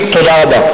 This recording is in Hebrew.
תודה רבה.